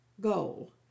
Goal